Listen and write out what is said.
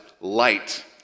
light